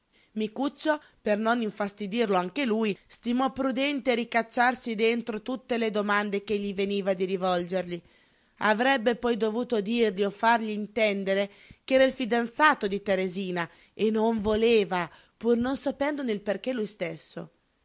spiegazioni micuccio per non infastidirlo anche lui stimò prudente ricacciarsi dentro tutte le domande che gli veniva di rivolgergli avrebbe poi dovuto dirgli o fargli intendere ch'era il fidanzato di teresina e non voleva pur non sapendone il perché lui stesso